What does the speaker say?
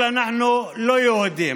אנחנו לא יהודים.